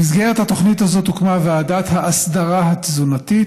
במסגרת התוכנית הזאת הוקמה ועדת האסדרה התזונתית,